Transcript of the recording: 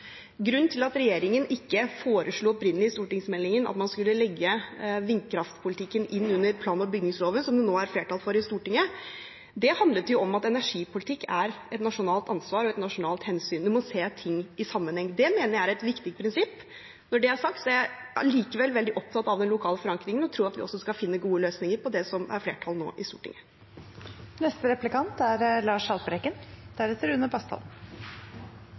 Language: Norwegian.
Grunnen til at regjeringen ikke opprinnelig foreslo i stortingsmeldingen at man skulle legge vindkraftpolitikken inn under plan- og bygningsloven, som det nå er flertall for i Stortinget, handlet om at energipolitikk er et nasjonalt ansvar og et nasjonalt hensyn, en må se ting i sammenheng. Det mener jeg er et viktig prinsipp. Når det er sagt, er jeg likevel veldig opptatt av den lokale forankringen, og jeg tror vi skal finne gode løsninger på det som nå har flertall i Stortinget. Det kommer i